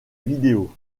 vidéo